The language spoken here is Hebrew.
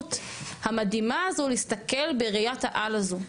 הסמכות המדהימה הזאת להסתכל בראיית העל הזאת,